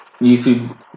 YouTube